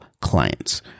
clients